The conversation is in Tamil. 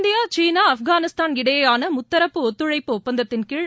இந்தியா சீனா ஆப்காளிஸ்தான் இடையேயான முத்தரப்பு ஒத்துழைப்பு ஒப்பந்தத்தின் கீழ்